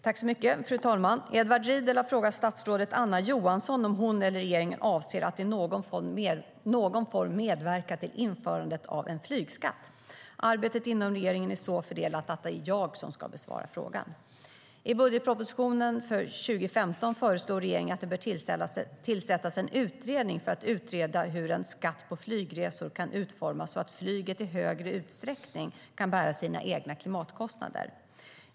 Fru talman! Edward Riedl har frågat statsrådet Anna Johansson om hon eller regeringen avser att i någon form medverka till ett införande av en flygskatt. Arbetet inom regeringen är så fördelat att det är jag som ska besvara frågan. I budgetpropositionen för 2015 föreslår regeringen att det ska tillsättas en utredning för att utreda hur en skatt på flygresor kan utformas så att flyget i större utsträckning kan bära sina egna klimatkostnader.